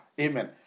Amen